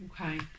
Okay